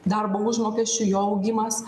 darbo užmokesčio jo augimas